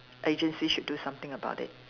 agency should do something about it